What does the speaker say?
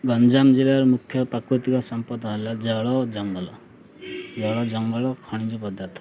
ଗଞ୍ଜାମ ଜିଲ୍ଲାର ମୁଖ୍ୟ ପ୍ରାକୃତିକ ସମ୍ପଦ ହେଲା ଜଳ ଓ ଜଙ୍ଗଲ ଜଳ ଜଙ୍ଗଲ ଖଣିଜ ପଦାର୍ଥ